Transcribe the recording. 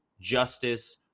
justice